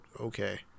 Okay